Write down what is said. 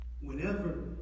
Whenever